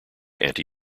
anti